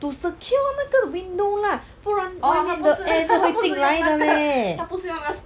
to secure 那个 window lah 不然外面的 air 是会进来的 leh